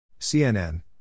CNN